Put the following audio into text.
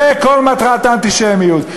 זו כל מטרת האנטישמיות.